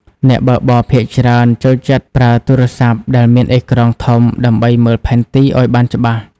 អ្នកបើកបរភាគច្រើនចូលចិត្តប្រើទូរស័ព្ទដែលមានអេក្រង់ធំដើម្បីមើលផែនទីឱ្យបានច្បាស់។